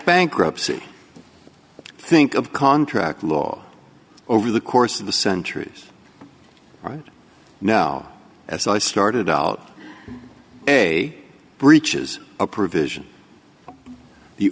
bankruptcy think of contract law over the course of the centuries right now as i started out a breach is a provision the